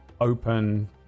open